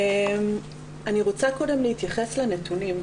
אני רוצה קודם להתייחס לנתונים.